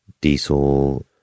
diesel